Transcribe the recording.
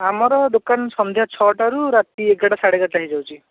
ଆମର ଦୋକାନ ସନ୍ଧ୍ୟା ଛଅଟାରୁ ରାତି ଏଗାରଟା ସାଢ଼େ ଏଗାରଟା ହେଇଯାଉଛି